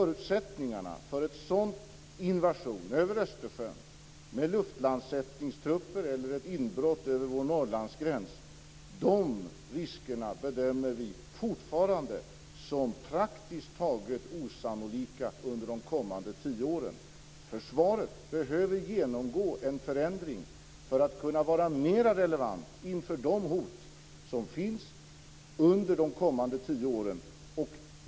Risken för en sådan invasion - över Östersjön, med luftlandsättningstrupper eller med ett inbrott över vår Norrlandsgräns - bedömer vi fortfarande som praktiskt taget osannolik under de kommande tio åren. Försvaret behöver genomgå en förändring för att kunna vara mer relevant inför de hot som finns under de kommande tio åren.